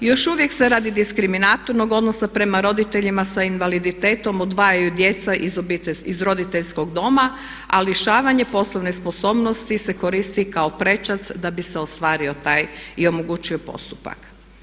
I još uvijek se radi diskriminatornog odnosa prema roditeljima sa invaliditetom odvajaju djeca iz roditeljskog doma a lišavanje poslovne sposobnosti se koristi i kao prečac da bi se ostvario taj i omogućio postupak.